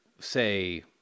Say